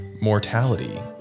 mortality